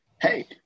Hey